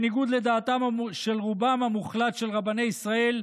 בניגוד לדעתם של רובם המוחלט של רבני ישראל,